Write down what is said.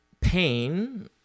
pain